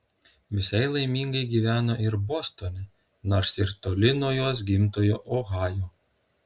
visai laimingai gyveno ir bostone nors ir toli nuo jos gimtojo ohajo